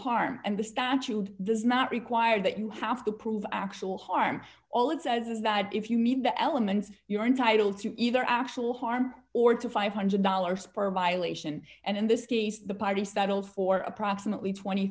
harm and the statute does not require that you have to prove actual harm all it says is that if you meet the elements you are entitled to either actual harm or to five hundred dollars per violation and in this case the party settled for approximately twenty